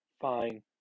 fine